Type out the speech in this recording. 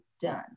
done